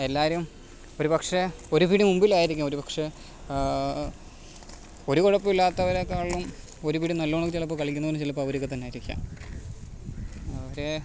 എല്ലാവരും ഒരുപക്ഷേ ഒരുപിടി മുമ്പിലായിരിക്കും ഒരുപക്ഷേ ഒരു കുഴപ്പവും ഇല്ലാത്തവരെക്കാളും ഒരുപിടി നല്ലവണം ചിലപ്പം കളിക്കുന്നവർ ചിലപ്പം അവരൊക്കെത്തന്നെയായിരിക്കാം അവരെ